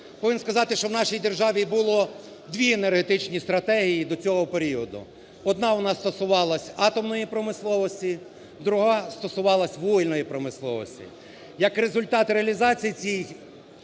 Повинен сказати, що в нашій державі було дві енергетичні стратегії до цього періоду. Одна у нас стосувалась атомної промисловості, друга стосувалась вугільної промисловості. Як результат реалізації цієї